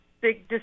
big